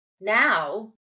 Now